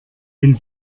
wenn